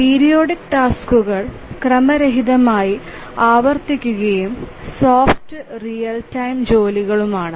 periodic ടാസ്ക്കുകൾ ക്രമരഹിതമായി ആവർത്തിക്കുകയും സോഫ്റ്റ് റിയൽ ടൈം ജോലികളാണ്